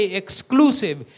exclusive